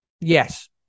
Yes